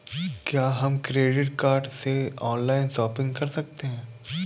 क्या हम credit card से ऑनलाइन शॉपिंग कर सकते हैं?